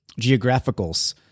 geographicals